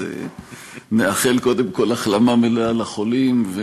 אז נאחל קודם כול החלמה מלאה לחולים,